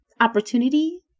opportunity